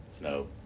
No